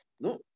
no